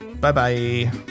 bye-bye